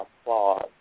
applause